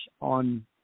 on